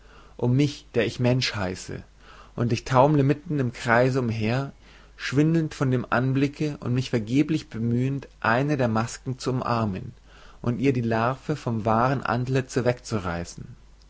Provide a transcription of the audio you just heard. um mich der ich mensch heiße und ich taumle mitten im kreise umher schwindelnd von dem anblicke und mich vergeblich bemühend eine der masken zu umarmen und ihr die larve vom wahren antlize wegzureißen